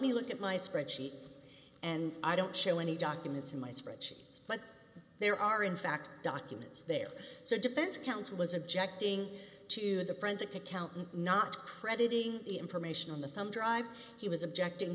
me look at my spreadsheets and i don't show any documents in my spreadsheets but there are in fact documents there so defense counsel was objecting to the friends accountant not crediting the information on the thumb drive he was objecting